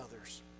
others